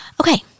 okay